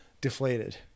deflated